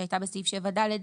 שהייתה בסעיף 7(ד),